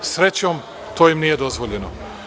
Srećom, to im nije dozvoljeno.